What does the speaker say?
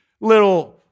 little